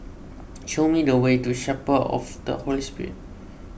show me the way to Chapel of the Holy Spirit